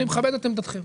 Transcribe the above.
אני מכבד את עמדתכם,